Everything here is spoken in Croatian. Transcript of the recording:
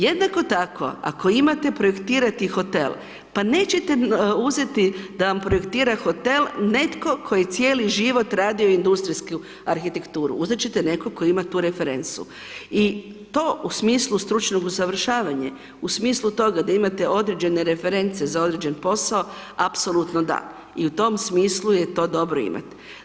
Jednako tako ako imate projektirati hotel, pa neće uzeti da vam projektira hotel netko ko je cijeli život radio industrijsku arhitekturu, uzet ćete nekog ko ima tu referencu i to u smislu stručnog usavršavanja u smislu toga da imate određene reference za određen posao, apsolutno da i u tom smislu je to dobro imat.